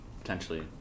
potentially